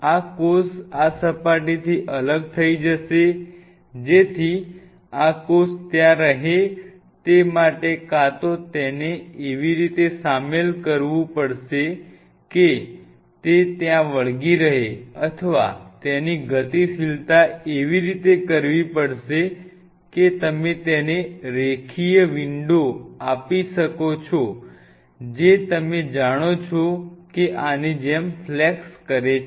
આ કોષ આ સપાટીથી અલગ થઈ જશે જેથી આ કોષ ત્યાં રહે તે માટે કાં તો તેને એવી રીતે સામેલ કરવું પડશે કે તે ત્યાં વળગી રહે અથવા તેની ગતિશીલતા એવી રીતે કરવી પડે કે તમે તેને રેખીય વિન્ડો આપો છો જે તમે જાણો છો કે આની જેમ ફ્લેક્સ કરે છે